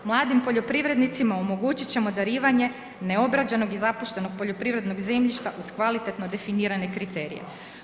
Mladim poljoprivrednicima omogućit ćemo darivanje neobrađenog i zapuštenog poljoprivrednog zemljišta uz kvalitetno definirane kriterije.